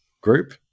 group